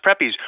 preppies